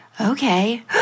Okay